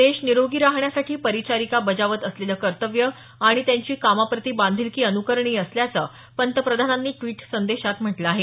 देश निरोगी राहण्यासाठी परिचारिका बजावत असलेल कर्तव्य आणि त्यांची कामाप्रती बाधिलकी अनुकरणीय असल्याचं पंतप्रधानांनी द्विट संदेशात म्हटलं आहे